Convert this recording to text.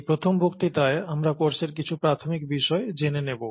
এই প্রথম বক্তৃতায় আমরা কোর্সের কিছু প্রাথমিক বিষয় জেনে নেব